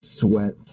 sweat